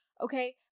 okay